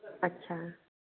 अच्छा